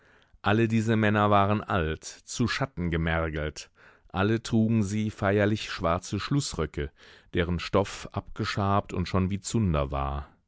alle diese männer waren alt zu schatten gemergelt alle trugen sie feierlich schwarze schlußröcke deren stoff abgeschabt und schon wie zunder war